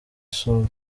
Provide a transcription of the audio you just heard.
soul